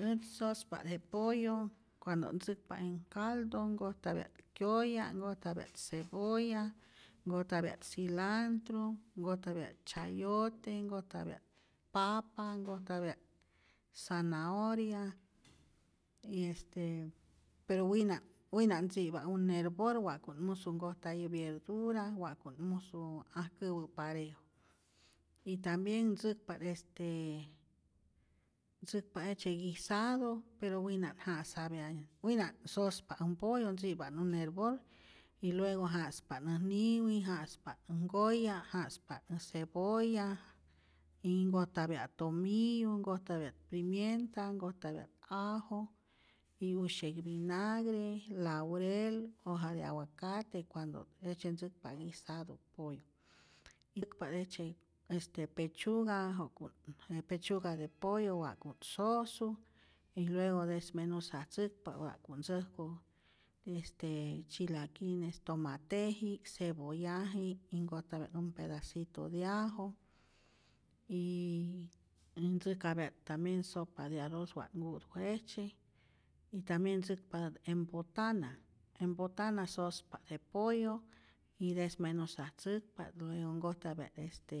Ät ntokpa't je pollo cuando't ntzäkpa en caldo, nkojtapya't kyoya', nkojtapya't cebolla, nkojtapya't cilantro, nkojtapya't chayote, nkojtapya't papa, nkojtapya't zanahoria, y este pero wina wina't tzi'pa un hervor wa'ku't musu nkojtayä byierdura, wa'ku't musä ajkäwä parejo, y tambien ntzäkpa't este ntzäkpa't jejtzye gisado pero wina't ja'sapya wina't sospa äj mpollo, ntzi'pa't un hervor y luego ja'spa't äj niwi, ja'spa't änh nkoya, ja'spa't äj cebolla, y nkojtapya't tomillu, nkojtapya't pimienta, nkojtapya't ajo y usyä'k vinagre, laurel, hoja de aguacate, cuando't jejtzye ntzäkpa guisado pollo, mpi'kpa't jejtzye este pechuga ja'ku't je pechuga de pollo jaku't je wa'ku't sosu, y luego desmenusatzäkpa't wa'ku't ntzäjku este tzyilakiles tomateji'k, cebollaji'k y nkojtapya't un pedacito de ajo y ntzäjkapya't tambien sopa de arroz wa't nkutu jejtzye y tambien ntzäkpatät en botana, en botana sospa't je pollo y desmenusatzäkpa't, luego nkojtapya't este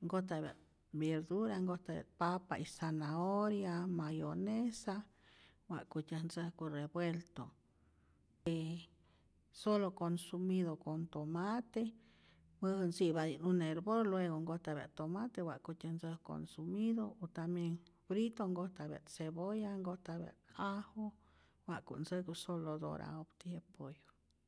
nkojtapya't byerdura, nkojtapya't papa y zanahoria, mayonesa, wa'kutyän ntzäjku revuelto y solo consumido con tomate, solo ntzi'pati't un hervor, luego nkojtapya't tomate wa'kutyä ntzäj consumido o tambien frito nkojtapya't cebolla, nkojtapya't ajo wa'ku't ntzäjku solo dora'opti je pollo.